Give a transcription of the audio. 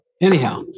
anyhow